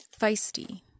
feisty